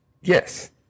Yes